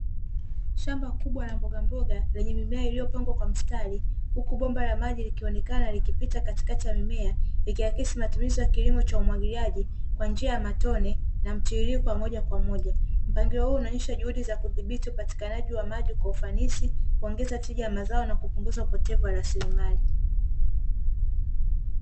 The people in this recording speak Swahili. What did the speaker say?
Shamba kubwa la mboga mboga lenye mimea iliyopangwa kwa mstari, huku bomba la maji likionekana likipita katikati ya mimea, likiakisi matumizi ya kilimo cha umwagiliaji kwa njia ya matone na mtiririko wa moja kwa moja. Mpangilio huu unaonyesha juhudi za kudhibiti upatikanaji wa maji kwa ufanisi, kuongeza tija ya mazao, na kupunguza upotevu wa rasilimali.